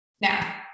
Now